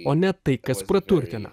o ne tai kas praturtina